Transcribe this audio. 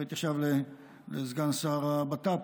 פניתי עכשיו לסגן שר הבט"פ,